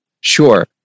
Sure